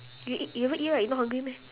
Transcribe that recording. you eat you haven't eat right you not hungry meh